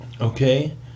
Okay